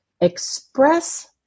express